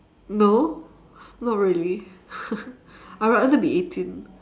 no not really I'd rather be eighteen